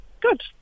good